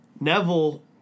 Neville